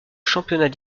championnat